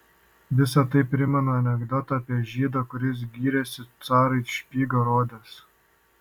visa tai primena anekdotą apie žydą kuris gyrėsi carui špygą rodęs